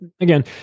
again